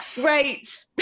great